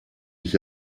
ich